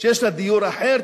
שיש לה דיור אחר,